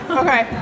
okay